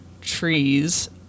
Trees